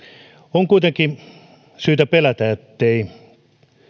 on kuitenkin syytä pelätä ettei